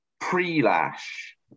pre-lash